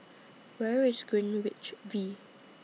Where IS Greenwich V